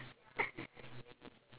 I help you convey